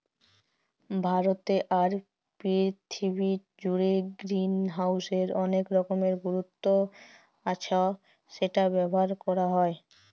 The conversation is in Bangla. ভারতে আর পীরথিবী জুড়ে গ্রিনহাউসের অলেক রকমের গুরুত্ব আচ্ছ সেটা ব্যবহার ক্যরা হ্যয়